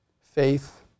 faith